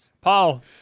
Paul